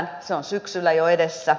se on syksyllä jo edessä